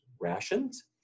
rations